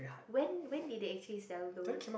when when did they actually sell those